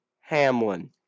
Hamlin